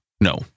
no